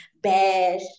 bash